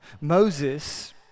Moses